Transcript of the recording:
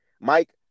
Mike